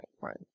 right